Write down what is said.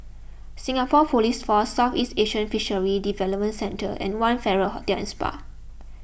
Singapore Police Force Southeast Asian Fisheries Development Centre and one Farrer Hotel and Spa